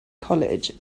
college